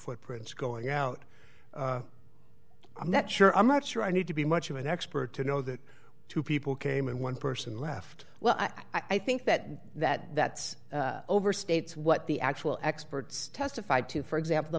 footprints going out i'm not sure i'm not sure i need to be much of an expert to know that two people came in one person left well i think that that that overstates what the actual experts testified to for example the